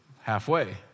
halfway